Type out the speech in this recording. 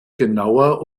genauer